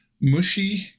mushy